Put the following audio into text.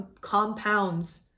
compounds